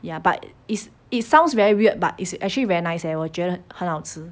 ya but is it sounds very weird but is actually very nice eh 我觉得很好吃